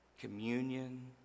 communion